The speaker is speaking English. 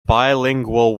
bilingual